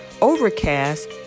Overcast